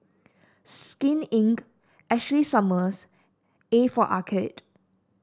Skin Inc Ashley Summers A for Arcade